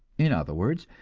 in other words,